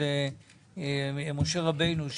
משה רבנו,